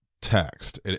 text